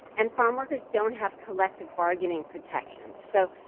and farmworkers don't have collective bargaining protection so,